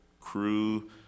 crew